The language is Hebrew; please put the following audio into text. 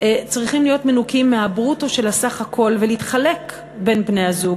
צריכים להיות מנוכים מהברוטו של הסך הכול ולהתחלק בין בני-הזוג.